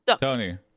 Tony